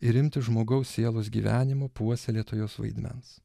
ir imtis žmogaus sielos gyvenimo puoselėtojos vaidmens